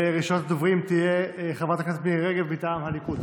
ראשונת הדוברים תהיה חברת הכנסת מירי רגב מטעם הליכוד.